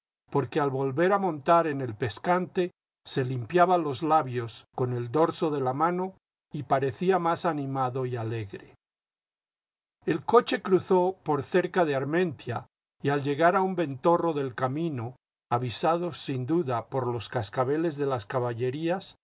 porque al volver a montar en el pescante se limpiaba los labios con el dorso de la mano y parecía más animado y alegre el coche cruzó por cerca de armentia y al llegar a un ventorro del camino avisados sin duda por los cascabeles de las caballerías